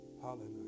Hallelujah